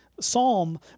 psalm